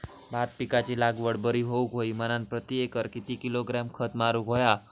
भात पिकाची लागवड बरी होऊक होई म्हणान प्रति एकर किती किलोग्रॅम खत मारुक होया?